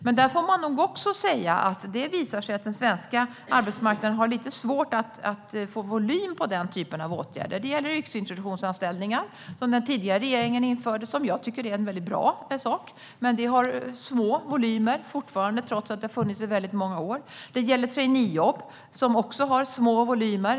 Men man får nog säga att det visar sig att den svenska arbetsmarknaden har lite svårt att få volym på denna typ av åtgärder. Det gäller yrkesintroduktionsanställningar, som den tidigare regeringen införde och som jag tycker är en bra sak. Men volymerna är fortfarande små trots att detta har funnits i många år. Det gäller traineejobb, som också har små volymer.